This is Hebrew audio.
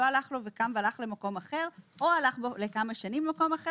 לא הלך לו ואם והלך למקום אחר או הלך לכמה שנים למקום אחר